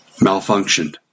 malfunctioned